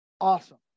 awesome